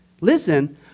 Listen